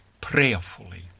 prayerfully